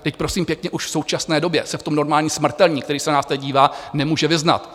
Vždyť prosím pěkně už v současné době se v tom normální smrtelník, který se nás teď dívá, nemůže vyznat.